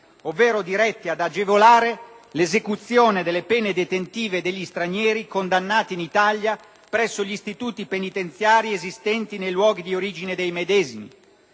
ovvero diretti ad agevolare l'esecuzione delle pene detentive delle persone condannate in Italia presso gli istituti esistenti nei luoghi di origine delle medesime».